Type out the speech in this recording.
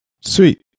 sweet